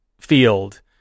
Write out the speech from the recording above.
field